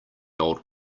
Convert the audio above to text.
old